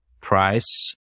price